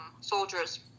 soldiers